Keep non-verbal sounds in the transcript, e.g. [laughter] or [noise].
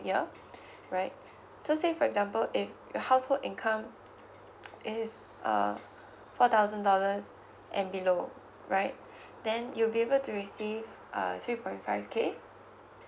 year [breath] right so say for example if your household income [noise] is uh four thousand dollars and below right then you'll be able to receive err three point five K